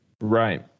Right